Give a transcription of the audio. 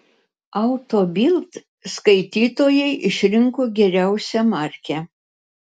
auto bild skaitytojai išrinko geriausią markę